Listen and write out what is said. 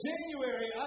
January